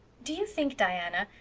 do you think, diana,